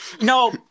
No